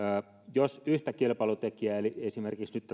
jos yhtä kilpailutekijää eli esimerkiksi nyt